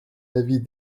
avis